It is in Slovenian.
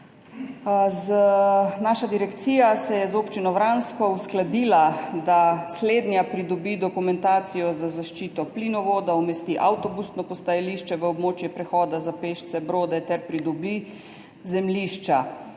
Naša direkcija se je z občino Vransko uskladila, da slednja pridobi dokumentacijo za zaščito plinovoda, umesti avtobusno postajališče v območje prehoda za pešce Brode ter pridobi zemljišča.